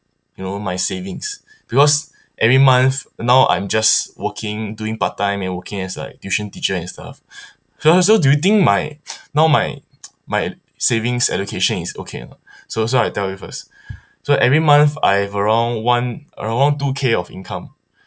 you know my savings because every month now I'm just working doing part time and working as like tuition teacher and stuff so so do you think my now my my savings education is okay or not so so I tell you first so every month I have around one around two K of income